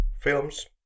films